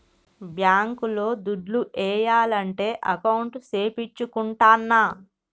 bank లో దుడ్లు ఏయాలంటే అకౌంట్ సేపిచ్చుకుంటాన్న